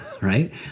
right